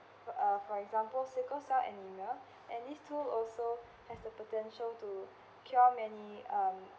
for uh for example sickle cell anemia and these two also has the potential to cure many um